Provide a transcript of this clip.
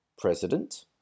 president